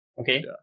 Okay